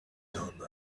done